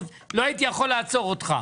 לא הייתי יכול לעצור אותך,